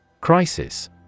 Crisis